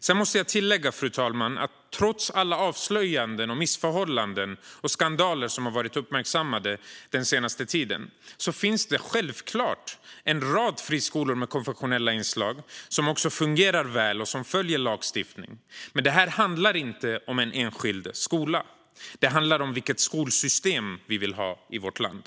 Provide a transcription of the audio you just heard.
Sedan måste jag tillägga, fru talman, att trots alla avslöjanden om missförhållanden och skandaler som har uppmärksammats den senaste tiden finns det självklart en rad friskolor med konfessionella inslag som också fungerar väl och följer lagstiftningen. Men detta handlar inte om en enskild skola. Det handlar om vilket skolsystem vi vill ha i vårt land.